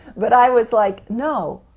but i was like, no!